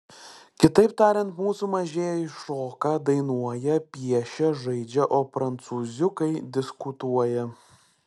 kitaip tariant mūsų mažieji šoka dainuoja piešia žaidžia o prancūziukai diskutuoja